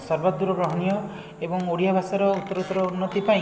ସର୍ବଦୂର ବହନୀୟ ଏବଂ ଓଡ଼ିଆଭାଷାର ଉତ୍ତୋରତ୍ତର ଉନ୍ନତି ପାଇଁ